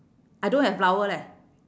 I don't have flower leh